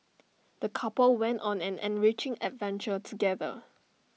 the couple went on an enriching adventure together